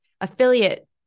affiliate